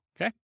okay